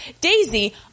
Daisy